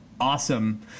awesome